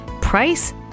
price